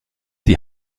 die